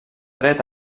dret